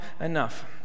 enough